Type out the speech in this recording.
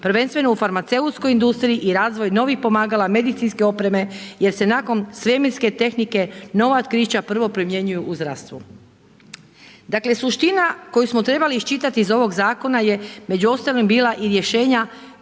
prvenstveno u farmaceutskoj industriji i razvoj novih pomagala medicinske opreme jer se nakon svemirske tehnike nova otkrića prvo primjenjuju u zdravstvu. Dakle, suština koju smo trebali iščitati iz ovoga zakona je među ostalim bila i rješenja